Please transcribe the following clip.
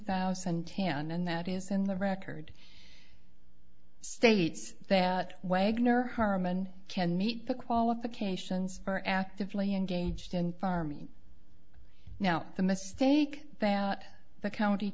thousand town and that is in the record states that way ignore herman can meet the qualifications for actively engaged in farming now the mistake about the county